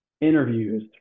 interviews